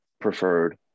preferred